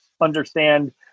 understand